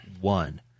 one